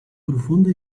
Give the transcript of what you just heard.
profunda